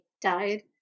died